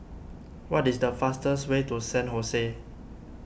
what is the fastest way to San Jose